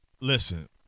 listen